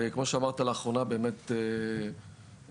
אז, כמו שאמרת, לאחרונה זה באמת החמיר.